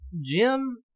Jim